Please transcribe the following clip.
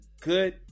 good